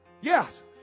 Yes